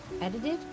edited